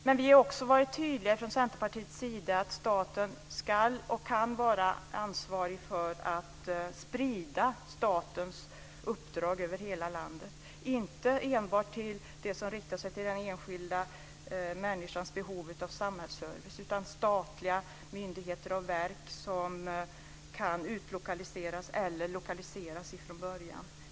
Men vi har också varit tydliga från Centerpartiets sida om att staten ska och kan vara ansvarig för att sprida statens uppdrag över hela landet, inte enbart det som riktar sig till den enskilda människans behov av samhällsservice utan statliga myndigheter och verk som kan utlokaliseras eller lokaliseras från början.